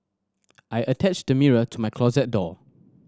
I attached the mirror to my closet door